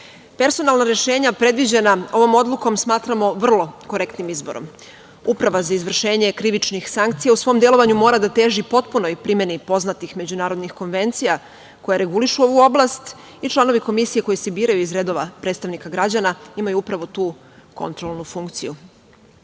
sankcija. Personalna rešenja predviđena ovom odlukom smatramo vrlo korektnim izborom. Uprava za izvršenje krivičnih sankcija u svom delovanju mora da teži potpunoj primeni poznatih međunarodnih konvencija koja regulišu ovu oblast i članovi Komisije koji se biraju iz redova predstavnika građana imaju upravo tu kontrolnu funkciju. Kao